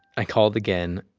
i called again,